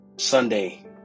Sunday